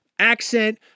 Accent